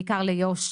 בעיקר ליהודה ושומרון,